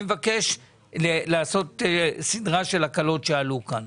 אני מבקש לעשות סדרה של הקלות שעלו כאן,